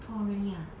orh really ah